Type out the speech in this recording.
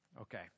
Okay